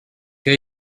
què